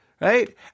right